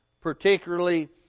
particularly